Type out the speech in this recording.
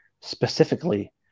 specifically